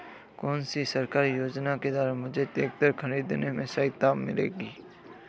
कौनसी सरकारी योजना के द्वारा मुझे ट्रैक्टर खरीदने में सहायता मिलेगी?